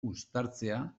uztatzea